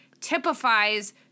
typifies